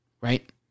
Right